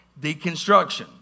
deconstruction